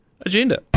Agenda